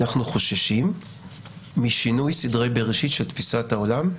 אנחנו חוששים משינוי סדרי בראשית של תפיסת העולם,